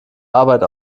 arbeit